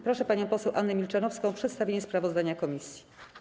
Proszę panią poseł Annę Milczanowską o przedstawienie sprawozdania komisji.